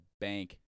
bank